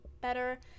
better